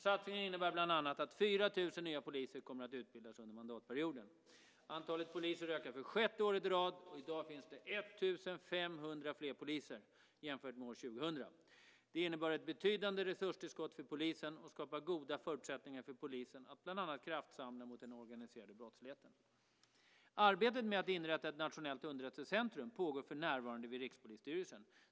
Satsningen innebär bland annat att 4 000 nya poliser kommer att utbildas under mandatperioden. Antalet poliser ökar för sjätte året i rad, och i dag finns det 1 500 fler poliser jämfört med år 2000. Det innebär ett betydande resurstillskott för polisen och skapar goda förutsättningar för polisen att bland annat kraftsamla mot den organiserade brottsligheten. Arbetet med att inrätta ett nationellt underrättelsecentrum pågår för närvarande vid Rikspolisstyrelsen.